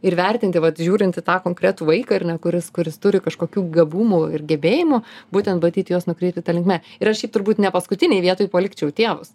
ir vertinti vat žiūrint į tą konkretų vaiką ar ne kuris kuris turi kažkokių gabumų ir gebėjimų būtent bandyti juos nukreipti ta linkme ir šiaip turbūt ne paskutinėj vietoj palikčiau tėvus